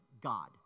God